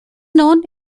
known